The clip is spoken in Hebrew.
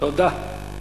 תודה.